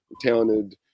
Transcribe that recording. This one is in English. talented